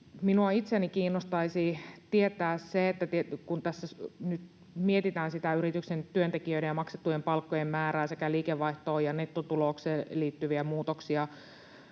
Minua itseäni kiinnostaisi oikeastaan tietää se, että kun tässä nyt mietitään sitä yrityksen työntekijöiden ja maksettujen palkkojen määrää sekä liikevaihtoon ja nettotulokseen liittyviä muutoksia